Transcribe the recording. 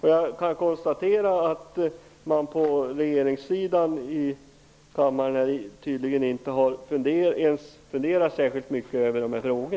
Jag kan konstatera att man från regeringspartiernas sida här i kammaren tydligen inte ens har funderat särskilt mycket på dessa frågor.